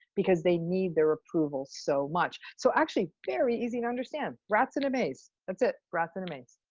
because they need their approval so much. so actually, very easy to understand. rats in a maze. that's it. rats in a maze.